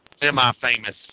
semi-famous